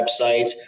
websites